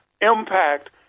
impact